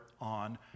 on